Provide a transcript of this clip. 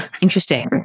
Interesting